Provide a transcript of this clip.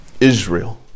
Israel